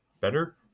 better